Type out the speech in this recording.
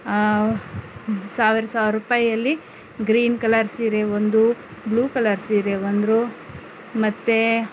ಸಾವಿರ ಸಾವಿರ ರೂಪಾಯಿಯಲ್ಲಿ ಗ್ರೀನ್ ಕಲರ್ ಸೀರೆ ಒಂದು ಬ್ಲೂ ಕಲ್ಲರ್ ಸೀರೆ ಒಂದು ಮತ್ತು